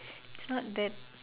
it's not that